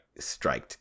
striked